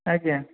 ଆଜ୍ଞା